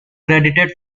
credited